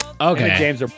Okay